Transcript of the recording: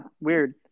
weird